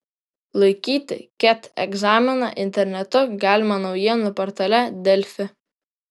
laikyti ket egzaminą internetu galima naujienų portale delfi